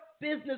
business